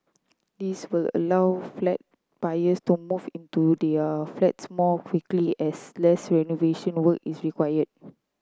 this will allow flat buyers to move into their flats more quickly as less renovation work is required